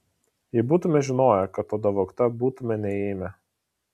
jei būtume žinoję kad oda vogta būtume neėmę